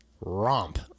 romp